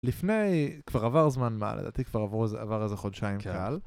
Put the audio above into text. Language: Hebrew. לפני כבר עבר זמן מה לדעתי כבר עברו זה עבר איזה חודשיים קל.